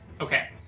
Okay